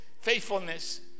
faithfulness